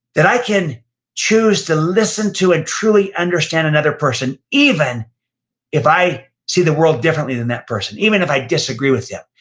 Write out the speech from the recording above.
that i can choose to listen to and truly understand another person, even if i see the world differently than that person, even if i disagree with yeah